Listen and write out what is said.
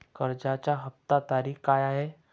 कर्जाचा हफ्त्याची तारीख काय आहे?